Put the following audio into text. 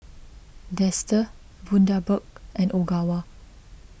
Dester Bundaberg and Ogawa